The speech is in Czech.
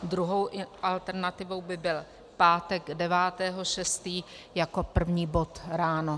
Druhou alternativou by byl pátek 9. 6. jako první bod ráno.